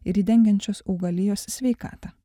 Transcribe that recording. ir jį dengiančios augalijos sveikatą